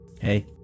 Hey